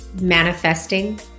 manifesting